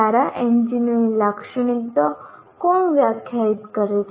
સારા એન્જિનિયરની લાક્ષણિકતાઓ કોણ વ્યાખ્યાયિત કરે છે